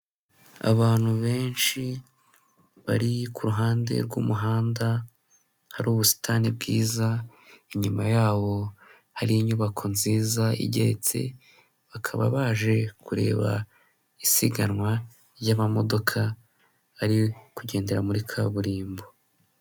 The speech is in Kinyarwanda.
Abantu benshi bari kuruhande rw'umuhanda, hari ubusitani bwiza inyuma yaho hari inyubako nziza igeretse, bakaba baje kureba isiganwa ry'amamodoka ari kugendera muri kaburimbo.